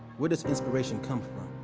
where does inspiration come from?